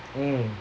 mm